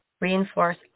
reinforce